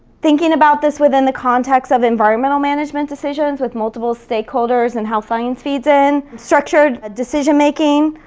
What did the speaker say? thinking about this within the context of environmental management decisions with multiple stakeholders and how science feeds in, structured ah decision making,